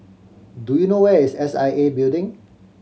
do you know where is S I A Building